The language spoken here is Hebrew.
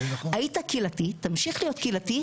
היית קהילתי, תמשיך להיות קהילתי.